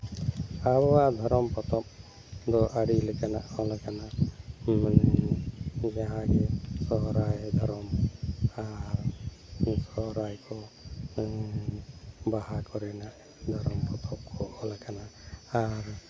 ᱟᱵᱚᱣᱟᱜ ᱫᱷᱚᱨᱚᱢ ᱯᱚᱛᱚᱵ ᱫᱚ ᱟᱹᱰᱤ ᱞᱮᱠᱟᱱᱟᱜ ᱚᱞᱟᱠᱟᱱᱟ ᱢᱟᱱᱮ ᱡᱟᱦᱟᱸ ᱜᱮ ᱥᱚᱦᱨᱟᱭ ᱫᱷᱚᱨᱚᱢ ᱟᱨ ᱥᱚᱦᱨᱟᱭ ᱠᱚ ᱵᱟᱦᱟ ᱠᱚᱨᱮᱱᱟᱜ ᱫᱷᱚᱨᱚᱢ ᱯᱚᱛᱚᱵ ᱠᱚ ᱚᱞᱟᱠᱟᱱᱟ ᱟᱨ